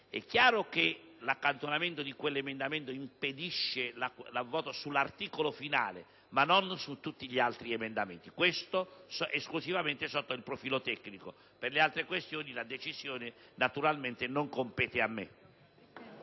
È chiaro che l'accantonamento di quell'emendamento impedirebbe il voto finale sull'articolo, ma non su tutti gli altri emendamenti. Questo esclusivamente sotto il profilo tecnico. Per le altre questioni, la decisione naturalmente non compete a me.